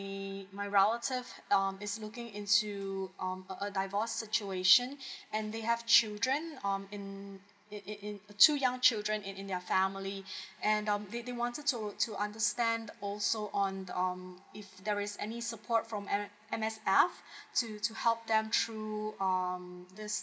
my my relative um is looking into um a a divorce situation and they have children um in in in two young children in in their family and um they they wanted to to understand also on um if there is any support from M~ M_S_F to to help them through um this